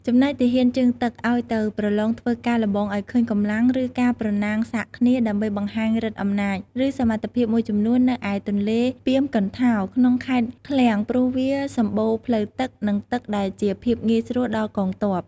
ចំណែកទាហានជើងទឹក ឱ្យទៅប្រឡងធ្វើការល្បងឲ្យឃើញកម្លាំង ឬការប្រណាំងសាកគ្នា ដើម្បីបង្ហាញឫទ្ធិអំណាច ឬសមត្ថភាពមួយចំនួននៅឯទន្លេពាមកន្ថោរ ក្នុងខេត្តឃ្លាំងព្រោះវាសម្បូរផ្លូវទឹក នឹងទឹកដែលជាភាពងាយស្រួលដល់កងទ័ព។